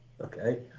Okay